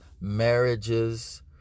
marriages